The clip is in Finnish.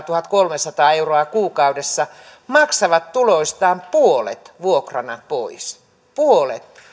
tuhatkolmesataa euroa kuukaudessa maksavat tuloistaan puolet vuokrana pois puolet